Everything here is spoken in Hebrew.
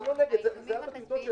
אנחנו לא נגד, תזכרו